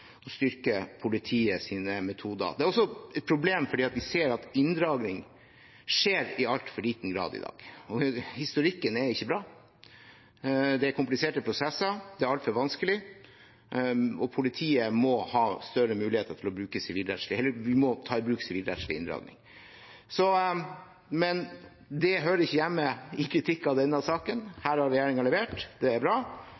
metoder. Det er også et problem fordi vi ser at inndragning skjer i altfor liten grad i dag, og historikken er ikke bra. Det er kompliserte prosesser, det er altfor vanskelig, og vi må ta i bruk sivilrettslig inndragning. Men det hører ikke hjemme som kritikk av denne saken. Her har regjeringen levert, det er bra,